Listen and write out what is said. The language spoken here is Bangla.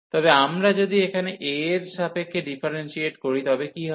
তবে আমরা যদি এখানে a এর সাপেক্ষে ডিফারেন্সিয়েট করি তবে কি হবে